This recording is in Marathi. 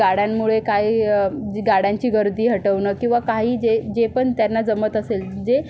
गाड्यांमुळे काय गाड्यांची गर्दी हटवणं किंवा काही जे जे पण त्यांना जमत असेल जे